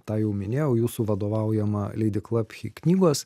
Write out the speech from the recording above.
tą jau minėjau jūsų vadovaujama leidykla phi knygos